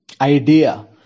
idea